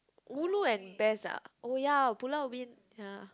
ulu and best ah oh ya Pulau-Ubin ya